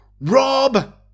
Rob